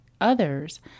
others